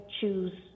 choose